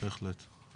בהחלט.